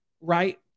right